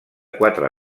quatre